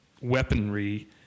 weaponry